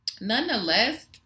nonetheless